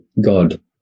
God